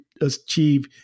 achieve